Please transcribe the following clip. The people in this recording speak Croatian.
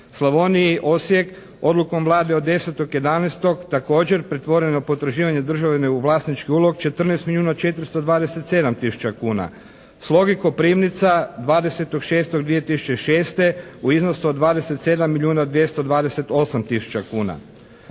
Slavoniji Osijek odlukom Vlade od 10.11. također pretvoreno potraživanje državni u vlasnički ulog 14 milijuna 427 tisuća kuna. Slogi Koprivnica 20.6.2006. u iznosu od 27 milijuna 228 tisuća kuna.